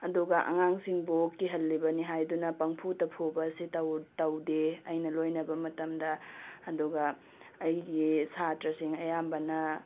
ꯑꯗꯨꯒ ꯑꯉꯥꯡꯁꯤꯡꯕꯨ ꯀꯤꯍꯜꯂꯤꯕꯅꯤ ꯍꯥꯏꯗꯨꯅ ꯄꯪꯐꯨꯗ ꯐꯨꯕ ꯑꯁꯤ ꯇꯧꯗꯦ ꯑꯩꯅ ꯂꯣꯏꯅꯕ ꯃꯇꯝꯗ ꯑꯗꯨꯒ ꯑꯩꯒꯤ ꯁꯥꯇ꯭ꯔꯥꯁꯤꯡ ꯑꯌꯥꯝꯕꯅ